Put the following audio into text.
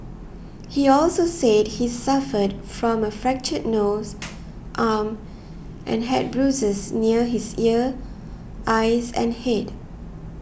he also said he suffered from a fractured nose arm and had bruises near his ear eyes and head